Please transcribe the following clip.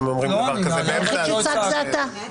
מי שיצעק, זה אתה.